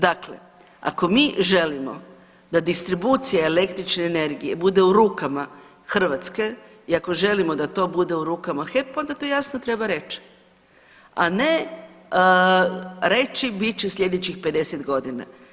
Dakle, ako mi želimo da distribucija električne energije bude u rukama Hrvatske i ako želimo da to bude u rukama HEP-a onda to jasno treba reći, a ne reći bit će sljedećih 50 godina.